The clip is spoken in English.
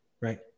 right